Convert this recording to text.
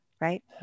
Right